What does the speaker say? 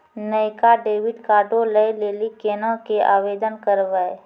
नयका डेबिट कार्डो लै लेली केना के आवेदन करबै?